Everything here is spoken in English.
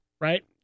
Right